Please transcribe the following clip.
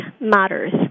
matters